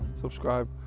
subscribe